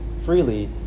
freely